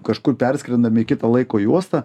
kažkur perskrendame į kitą laiko juostą